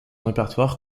répertoire